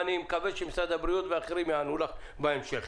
אני מקווה שמשרד הבריאות ואחרים יענו לך בהמשך.